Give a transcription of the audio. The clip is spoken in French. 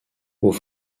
aux